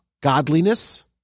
godliness